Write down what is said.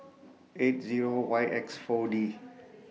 eight Zero Y X four D